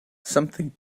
something